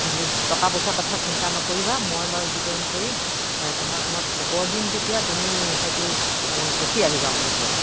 টকা পইচা কথা চিন্তা নকৰিবা মই বাৰু যি কৰিম কৰিম তোমাক মই খবৰ দিম যেতিয়া তুমি হয়তো গুচি আহিবা মোৰ ওচৰলে